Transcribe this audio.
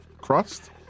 crust